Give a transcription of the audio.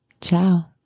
Ciao